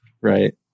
Right